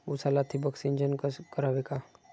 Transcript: उसाला ठिबक सिंचन करावे का?